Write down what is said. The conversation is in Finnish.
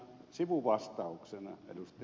sivuvastauksena ed